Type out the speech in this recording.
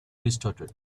restarted